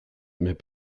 mais